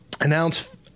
announce